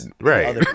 Right